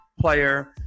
player